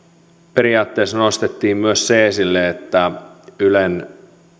periaatteessa nostettiin myös se esille että ylen